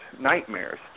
nightmares